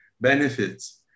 benefits